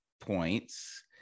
points